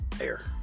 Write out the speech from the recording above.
air